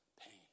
Pain